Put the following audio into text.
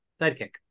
Sidekick